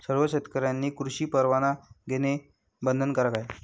सर्व शेतकऱ्यांनी कृषी परवाना घेणे बंधनकारक आहे